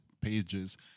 pages